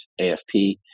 AFP